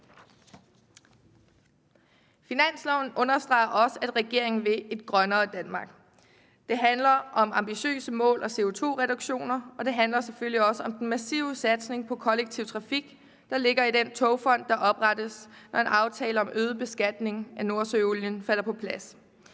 Finansloven understreger også, at regeringen vil et grønnere Danmark. Det handler om ambitiøse mål og CO2-reduktioner, og det handler selvfølgelig også om den massive satsning på kollektiv trafik, der ligger i den togfond, der oprettes, når en aftale om øget beskatning af nordsøolien falder på plads.